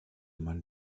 man